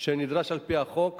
שנדרשות על-פי החוק,